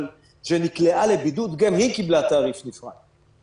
אבל שנקלעה לבידוד גם היא קיבלה תעריף נפרד.